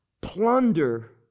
Plunder